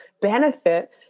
benefit